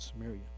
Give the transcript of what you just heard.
Samaria